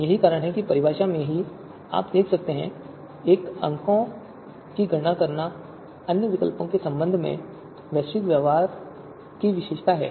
यही कारण है कि परिभाषा में ही आप देखते हैं कि एक अंक जो अन्य विकल्पों के संबंध में अपने वैश्विक व्यवहार की विशेषता है